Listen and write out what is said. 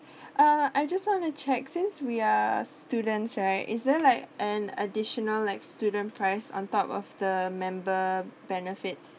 uh I just want to check since we are students right is there like an additional like student price on top of the member benefits